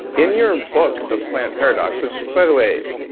in your book, the plant paradox which by the way,